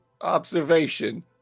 observation